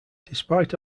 despite